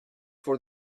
for